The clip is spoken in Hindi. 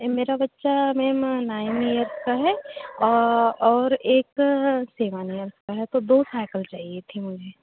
मेरा बच्चा मैम नाइन इयर्स का है और एक सेवन इयर्स का है तो दो साइकिल चाहिए थी मुझे